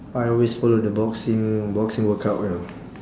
I always follow the boxing boxing workout ya